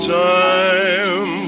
time